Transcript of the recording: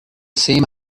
same